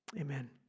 amen